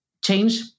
change